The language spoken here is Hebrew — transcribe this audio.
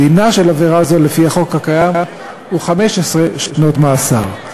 דינה של עבירה זו לפי החוק הקיים הוא 15 שנות מאסר.